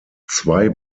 zwei